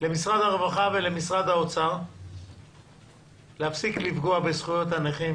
למשרד הרווחה ולמשרד האוצר להפסיק לפגוע בזכויות הנכים